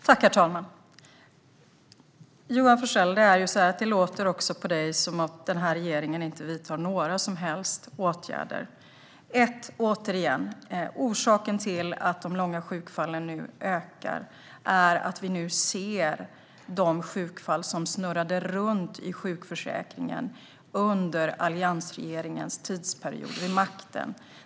Herr talman! Johan Forssell! Det låter på dig som att regeringen inte vidtar några som helst åtgärder. Återigen: Orsaken till att de långa sjukfallen ökar är att vi nu ser de sjukfall som snurrade runt i sjukförsäkringen under alliansregeringens tidsperiod vid makten.